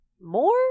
more